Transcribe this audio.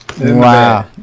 wow